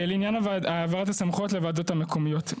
לעניין העברת הסמכויות לוועדות המקומיות.